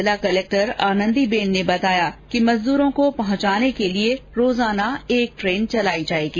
जिला कलक्टर आनंदी बेन ने बताया कि मजदूरों को पहुंचाने के लिए रोजाना एक ट्रेन चलाई जायेगी